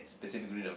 specific rhythm